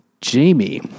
Jamie